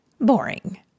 boring